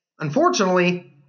Unfortunately